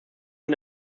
von